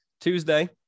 tuesday